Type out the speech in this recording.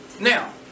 Now